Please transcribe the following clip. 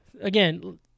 again